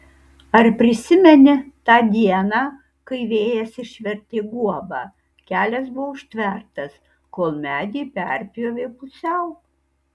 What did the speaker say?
ar prisimeni tą dieną kai vėjas išvertė guobą kelias buvo užtvertas kol medį perpjovė pusiau